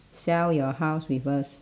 sell your house with us